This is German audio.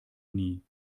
nie